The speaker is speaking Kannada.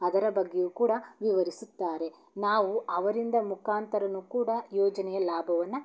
ಅದರ ಬಗ್ಗೆಯೂ ಕೂಡ ವಿವರಿಸುತ್ತಾರೆ ನಾವು ಅವರಿಂದ ಮುಖಾಂತರವು ಕೂಡ ಯೋಜನೆಯ ಲಾಭವನ್ನು